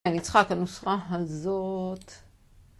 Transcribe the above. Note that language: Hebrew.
אני צריכה את הנוסחה הזאת.